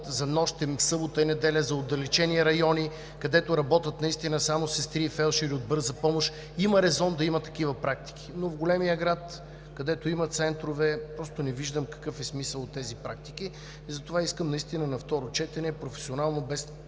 за нощем, събота и неделя, за отдалечени райони, където работят наистина само сестри и фелдшери от „Бърза помощ“, има резон да има такива практики, но в големия град, където има центрове, просто не виждам какъв е смисълът от тези практики. И затова искам наистина на второ четене професионално, без